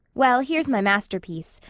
well, here's my masterpiece.